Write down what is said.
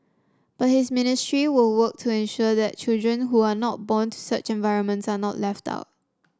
but his ministry will work to ensure that children who are not born to such environments are not left out